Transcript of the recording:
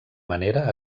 manera